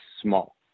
small